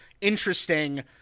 interesting